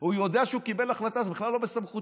הוא יודע שהוא קיבל החלטה, זה בכלל לא בסמכותו.